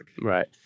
right